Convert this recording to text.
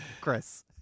Chris